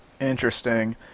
Interesting